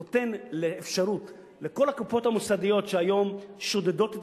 נותן אפשרות לכל הקופות המוסדיות שהיום שודדות את